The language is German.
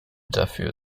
dafür